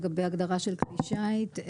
לגבי הגדרה של כלי שיט.